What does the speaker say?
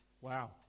Wow